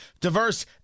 diverse